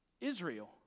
Israel